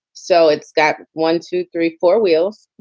so it's got one, two, three, four wheels.